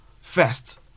first